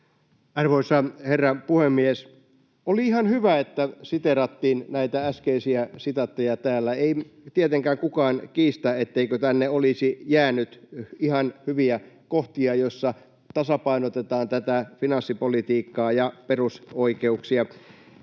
Arvoisa herra puhemies! Oli ihan hyvä, että siteerattiin näitä äskeisiä sitaatteja täällä. Ei tietenkään kukaan kiistä, etteikö tänne olisi jäänyt ihan hyviä kohtia, joissa tasapainotetaan tätä finanssipolitiikkaa ja perusoikeuksia.